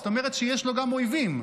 זאת אומרת שיש לו גם אויבים.